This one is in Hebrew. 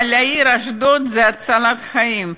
אבל לעיר אשדוד זה הצלת חיים.